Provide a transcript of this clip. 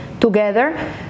together